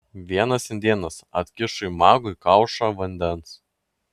vienas indėnas atkišo magui kaušą vandens